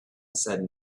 said